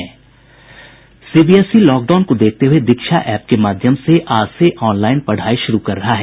CBSE lockdown को देखते हुये दीक्षा एप के माध्यम से आज से ऑनलाइन पढ़ाई शुरू कर रहा है